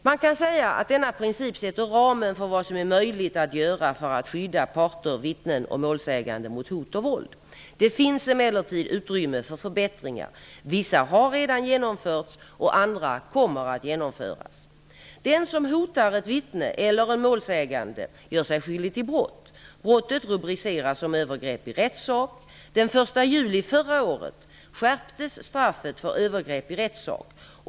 Man kan säga att denna princip sätter ramen för vad som är möjligt att göra för att skydda parter, vittnen och målsägande mot hot och våld. Det finns emellertid utrymme för förbättringar. Vissa har redan genomförts och andra kommer att genomföras. Den som hotar ett vittne eller en målsägande gör sig skyldig till brott. Brottet rubriceras som övergrepp i rättssak . Den 1 juli förra året skärptes straffet för övergrepp i rättssak.